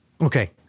Okay